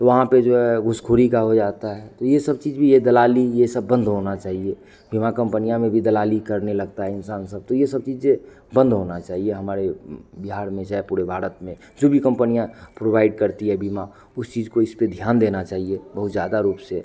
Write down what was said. तो वहाँ पर जो है घूसखोरी का हो जाता है तो यह सब चीज़ भी यह दलाली यह सब बंद होना चाहिए बीमा कंपनियाँ में भी दलाली करने लगता है इंसान सब तो यह सब चीज़ें बंद होना चाहिए हमारे बिहार में चाहे पूरे भारत में चूंकि कंपनियाँ प्रवाइड करती हैं बीमा उस चीज़ को इसपर ध्यान देना चाहिए बहुत ज़्यादा रूप से